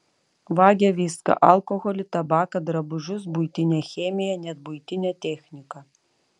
vagia viską alkoholį tabaką drabužius buitinę chemiją net buitinę techniką